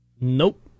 Nope